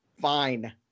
fine